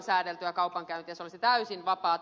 se olisi täysin vapaata